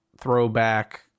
throwback